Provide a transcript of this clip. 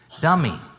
dummy